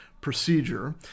procedure